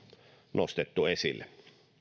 nostettu esille on